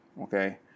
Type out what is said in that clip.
okay